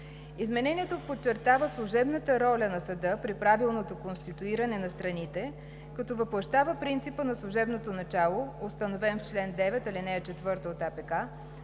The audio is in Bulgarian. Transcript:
Изменението подчертава служебната роля на съда при правилното конституиране на страните, като въплъщава принципа на служебното начало, установен в чл. 9, ал. 4